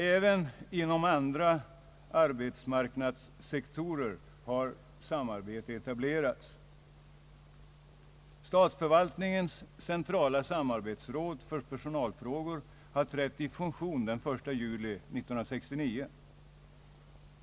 Även inom andra arbetsmarknadssektorer har samarbete etablerats. Statsförvaltningens centrala samarbetsråd för personalfrågor har trätt i funktion den 1 juli 1969.